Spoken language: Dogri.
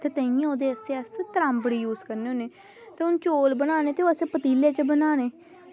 ते गुन्नने ओह्दे आस्तै त्राम्बड़ी यूज़ करने होन्ने ते चौल बनाने ते असें पतीले च बनाने